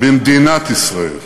במדינת ישראל.